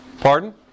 Pardon